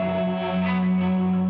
and